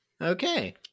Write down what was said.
Okay